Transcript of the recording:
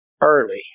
early